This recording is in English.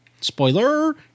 spoiler